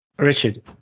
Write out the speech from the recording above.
Richard